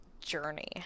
journey